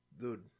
Dude